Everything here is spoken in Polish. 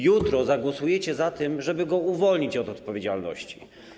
Jutro zagłosujecie za tym, żeby go uwolnić od odpowiedzialności.